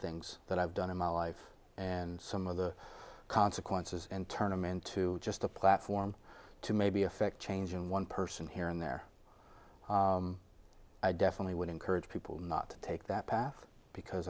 things that i've done in my life and some of the consequences and turn them into just a platform to maybe affect change in one person here and there i definitely would encourage people not to take that path because